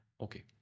Okay